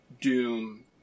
doom